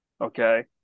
okay